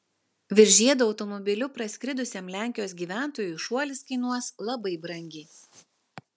virš žiedo automobiliu praskridusiam lenkijos gyventojui šuolis kainuos labai brangiai